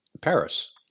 Paris